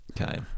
Okay